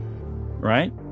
right